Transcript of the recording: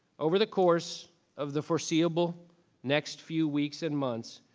over the course of the foreseeable next few weeks and months,